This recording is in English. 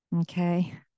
Okay